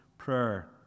prayer